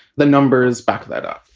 the numbers back that up.